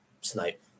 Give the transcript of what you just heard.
snipe